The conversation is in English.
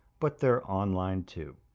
but they're online, too.